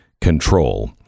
control